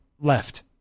left